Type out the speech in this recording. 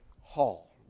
Hall